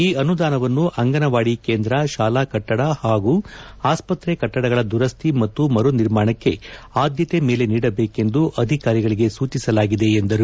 ಈ ಅನುದಾನವನ್ನು ಅಂಗನವಾದಿ ಕೇಂದ್ರ ಶಾಲಾ ಕಟ್ಟದ ಹಾಗೂ ಆಸ್ವತ್ರೆಗಳ ಕಟ್ಟಡಗಳ ದುರಸ್ಥಿ ಮತ್ತು ಮರುನಿರ್ಮಾಣಕ್ಕೆ ಆದ್ಯತೆ ಮೇಲೆ ನೀಡಬೇಕೆಂದು ಅಧಿಕಾರಿಗಳಿಗೆ ಸೂಚಿಸಲಾಗಿದೆ ಎಂದರು